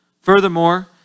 Furthermore